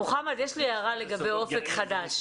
מוחמד, יש לי הערה לגבי אופק חדש.